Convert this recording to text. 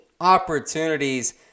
opportunities